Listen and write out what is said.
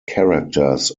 characters